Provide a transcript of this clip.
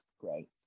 great